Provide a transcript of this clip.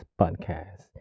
podcast